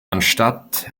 anstatt